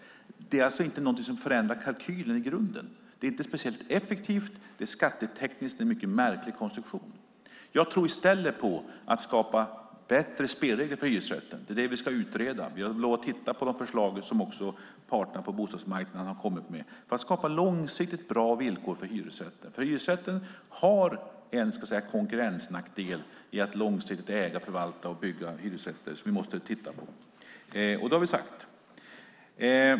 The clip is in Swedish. Det är inget som förändrar kalkylen i grunden. Det inte speciell effektivt, och det är skattetekniskt en mycket märklig konstruktion. Jag tror i stället på att skapa bättre spelregel för hyresrätten. Det är det vi ska utreda. Vi har lovat titta på de förslag som parterna på bostadsmarknaden har kommit med, för att skapa långsiktigt bra villkor för hyresrätten. Hyresrätten har en konkurrensnackdel i att långsiktigt bygga, äga och förvalta hyresrätter som vi måste titta på. Och det har vi sagt.